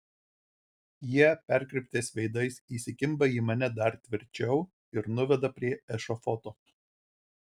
jie perkreiptais veidais įsikimba į mane dar tvirčiau ir nuveda prie ešafoto